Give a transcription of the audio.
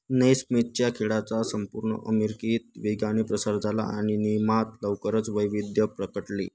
नैस्मिथच्या खेळाचा संपूर्ण अमिरकीत वेगाने प्रसार झाला आणि नियमात लवकरच वैविध्य प्रकटले